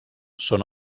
són